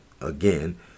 again